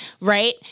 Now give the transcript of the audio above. Right